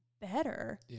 better